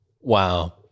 Wow